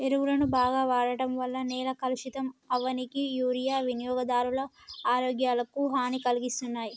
ఎరువులను బాగ వాడడం వల్ల నేల కలుషితం అవ్వనీకి మరియూ వినియోగదారుల ఆరోగ్యాలకు హనీ కలిగిస్తున్నాయి